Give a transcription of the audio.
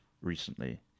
recently